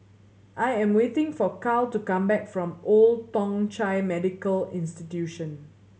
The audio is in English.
I am waiting for Carl to come back from Old Thong Chai Medical Institution